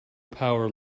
power